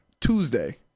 Tuesday